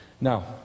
Now